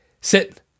Sit